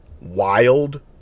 wild